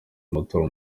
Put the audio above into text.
amatora